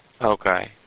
Okay